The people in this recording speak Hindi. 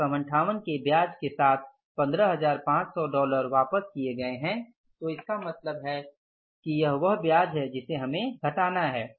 258 के ब्याज के साथ 15500 डॉलर वापस किये गए हैं तो इसका मतलब है कि यह वह ब्याज है जिसे हमें घटाना है